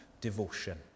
devotion